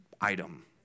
item